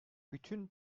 bütün